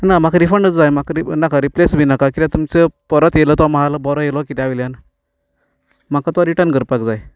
ना म्हाका रिफंड जाय म्हाका री नाका रिप्लेस बी नाका कित्याक तुमचो परत येतलो तो माल बरो येतलो कित्या वयल्यान म्हाका तो रिटन करपाक जाय